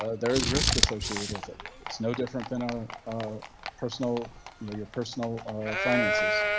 ah there is risk associated with it. it's no different than a personal your your personal finances.